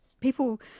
people